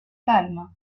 palmes